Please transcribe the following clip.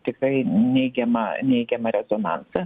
tikrai neigiamą neigiamą rezonansą